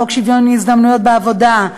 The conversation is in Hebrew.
חוק שוויון ההזדמנויות בעבודה,